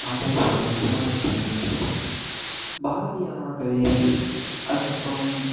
பாஞ்சாலி சபதம் இதுமாதிரி புத்தகங்களும் படிப்பேன் பாரதியாரோட கவிதைகள் அதுக்கப்புறம்